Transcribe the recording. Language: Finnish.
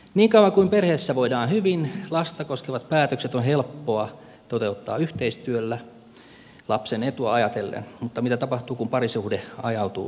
niin kauan kuin perheessä voidaan hyvin lasta koskevat päätökset on helppoa toteuttaa yhteistyöllä lapsen etua ajatellen mutta mitä tapahtuu kun parisuhde ajautuu kriisiin